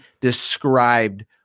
described